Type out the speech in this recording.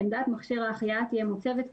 עמדת מכשיר ההחייאה תהיה מוצבת,